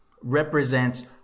represents